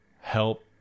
help